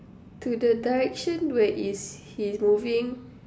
to the direction where he's moving